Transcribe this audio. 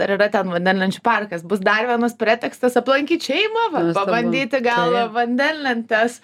ar yra ten vandenlenčių parkas bus dar vienas pretekstas aplankyt šeimą pabandyti gal vandenlentes